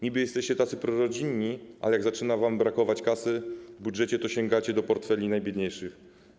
Niby jesteście tacy prorodzinni, ale jak zaczyna wam brakować kasy w budżecie, to sięgacie do portfeli najbiedniejszych.